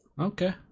Okay